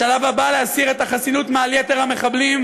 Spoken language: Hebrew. השלב הבא הוא להסיר את החסינות מעל יתר המחבלים.